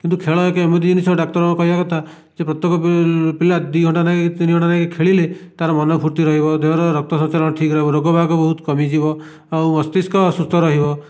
କିନ୍ତୁ ଖେଳ ଏକ ଏମିତି ଜିନିଷ ଡାକ୍ତରଙ୍କ କହିବା କଥା ଯେ ପ୍ରତ୍ୟକ ପିଲା ଦୁଇ ଘଣ୍ଟା ଲେଖାଁ ତିନି ଘଣ୍ଟା ଲେଖାଁ ଖେଳିଲେ ତାର ମନ ଫୁର୍ତ୍ତି ରହିବ ଦେହରେ ରକ୍ତ ସଞ୍ଚାଳନ ଠିକ୍ ରହିବ ରୋଗ ବାଗ ବହୁତ କମିଯିବ ଆଉ ମସ୍ତିସ୍କ ସୁସ୍ଥ ରହିବ